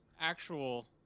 actual